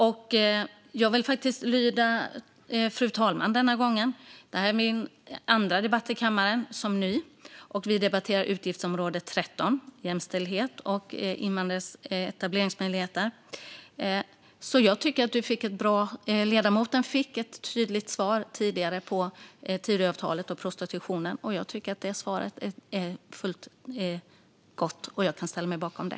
Detta är min andra debatt i kammaren som ny ledamot, och jag vill gärna lyda fru talmannen. Vi debatterar nu utgiftsområde 13, som handlar om jämställdhet och invandrares etableringsmöjligheter. Därför säger jag att jag tycker att ledamoten fick ett bra och tydligt svar gällande Tidöavtalet och prostitutionen tidigare. Jag tycker att det svaret var fullgott, och jag kan ställa mig bakom det.